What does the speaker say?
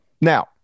now